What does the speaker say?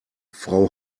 frau